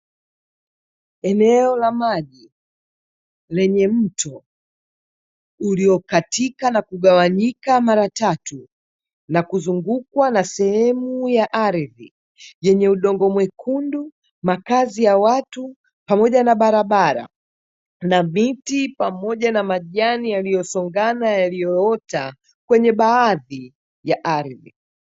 Eneo la maji lenye mto uliokatika na kugawanyika mara tatu; na kuzungukwa na sehemu ya ardhi yenye udongo mwekundu, makazi ya watu, pamoja na barabara na miti; pamoja na majani yaliyosongana yaliyoota kwenye baadhi ya ardhi.